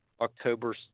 October